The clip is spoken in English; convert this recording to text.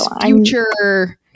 Future